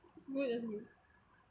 it's good it's good